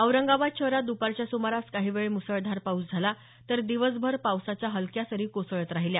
औरंगाबाद शहरात दुपारच्या सुमारास काही वेळ मुसळधार पाऊस झाला तर दिवसभर पावसाच्या हलक्या सरी कोसळत राहिल्या